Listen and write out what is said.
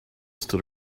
stood